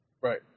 Right